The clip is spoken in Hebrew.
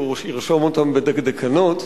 והוא ירשום אותם בדקדקנות.